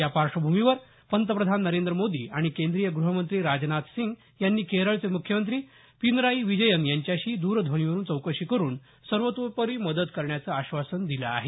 या पार्श्वभूमीवर पंतप्रधान नरेंद्र मोदी आणि केंद्रीय गृहमंत्री राजनाथ सिंग यांनी केरळचे मुख्यमंत्री पीनराई विजयन यांच्याशी दरध्वनीवरून चौकशी करून सर्वोतोपरी मदत करण्याचं आश्वासन दिलं आहे